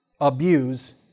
abuse